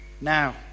Now